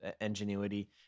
ingenuity